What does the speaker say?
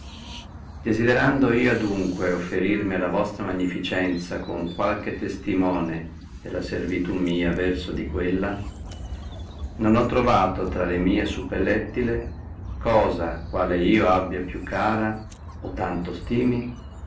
desiderando io adunque offerirmi alla vostra magnificenzia con qualche testimone della servitù mia verso di quella non ho trovato intra la mia suppellettile cosa quale io abbia più cara o tanto esístimi